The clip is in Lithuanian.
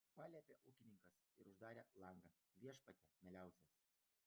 paliepė ūkininkas ir uždarė langą viešpatie mieliausias